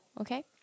okay